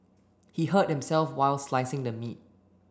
he hurt himself while slicing the meat